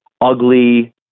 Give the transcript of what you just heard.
ugly